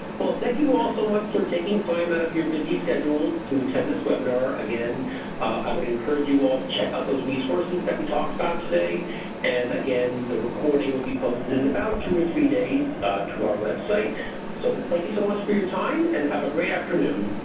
well thank you all so much for taking time out of your busy schedule to attend this webinar. again i would encourage you all to check out those resources that we talked about today and again the recording will be posted at and about two or three days to our web site so thank you so much for your time and have a great afternoon.